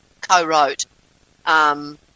co-wrote –